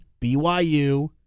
BYU